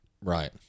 Right